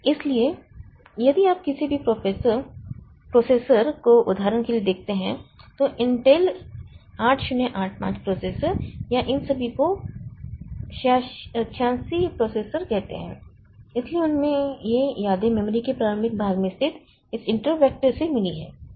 इसलिए यदि आप किसी भी प्रोसेसर को उदाहरण के लिए देखते हैं तो इंटेल 8085 प्रोसेसर या इन सभी को 86 प्रोसेसर कहते हैं इसलिए उन्हें ये यादें मेमोरी के प्रारंभिक भाग में स्थित इस इंटरपट वैक्टर से मिली हैं